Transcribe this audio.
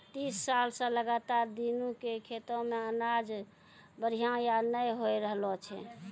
तीस साल स लगातार दीनू के खेतो मॅ अनाज बढ़िया स नय होय रहॅलो छै